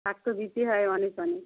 ছাড় তো দিতেই হয় অনেক অনেক